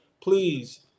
please